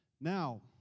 Now